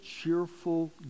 cheerful